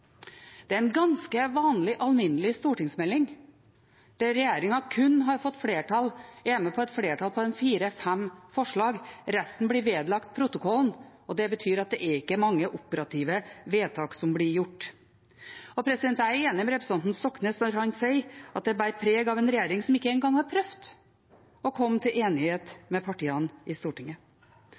Det er en ganske vanlig, alminnelig stortingsmelding der regjeringen kun er med på et flertall for fire–fem forslag. Resten blir vedlagt protokollen, og det betyr at det er ikke mange operative vedtak som blir gjort. Jeg er enig med representanten Stoknes når han sier at det bærer preg av en regjering som ikke engang har prøvd å komme til enighet med partiene på Stortinget.